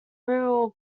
rural